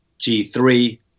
G3